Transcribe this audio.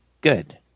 good